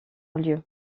lieu